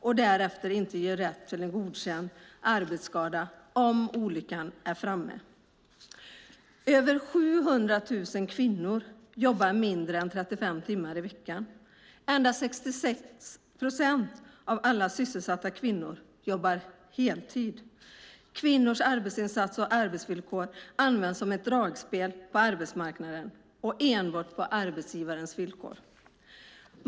Om olyckan är framme får man inte sin skada godkänd som arbetsskada. Över 700 000 kvinnor jobbar mindre än 35 timmar i veckan; endast 66 procent av alla sysselsatta kvinnor jobbar heltid. Kvinnors arbetsinsats och arbetsvillkor används som ett dragspel på arbetsmarknaden och enbart på arbetsgivarens villkor.